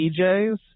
DJs